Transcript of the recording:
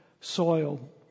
soil